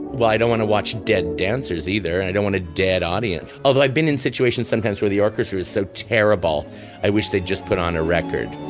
well i don't want to watch dead dancers either and i don't want a dead audience although i've been in situations sometimes where the orchestra is so terrible i wish they'd just put on a record